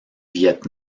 viêt